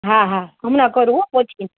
હા હા હમણાં કરું હો પહોંચીને